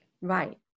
Right